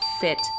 fit